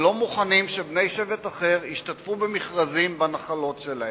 לא מוכנים שבני שבט אחר ישתתפו במכרזים בנחלות שלהם.